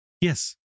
Yes